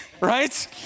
right